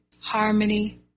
harmony